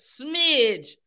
smidge